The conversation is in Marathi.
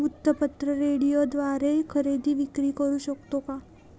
वृत्तपत्र, रेडिओद्वारे खरेदी विक्री करु शकतो का?